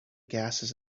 gases